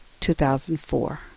2004